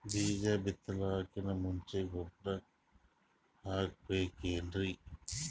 ಬೀಜ ಬಿತಲಾಕಿನ್ ಮುಂಚ ಗೊಬ್ಬರ ಹಾಕಬೇಕ್ ಏನ್ರೀ?